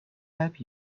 help